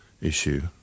issue